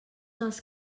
els